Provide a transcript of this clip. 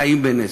חיים בנס,